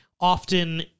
often